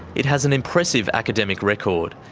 it has an impressive academic record,